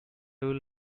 will